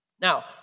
Now